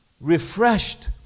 refreshed